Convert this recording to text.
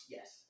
Yes